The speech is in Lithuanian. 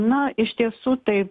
na iš tiesų tai